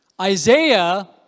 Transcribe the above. Isaiah